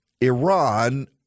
Iran